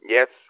Yes